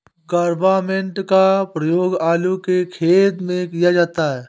carbamate का प्रयोग आलू के खेत में किया जाता है